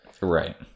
Right